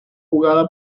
jugada